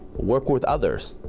work with others,